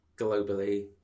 globally